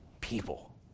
people